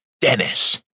Dennis